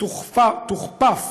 תוכפף